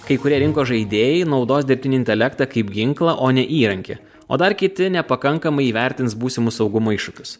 kai kurie rinkos žaidėjai naudos dirbtinį intelektą kaip ginklą o ne įrankį o dar kiti nepakankamai įvertins būsimus saugumo iššūkius